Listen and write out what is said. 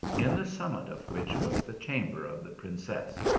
in the summit of which was the chamber of the princess.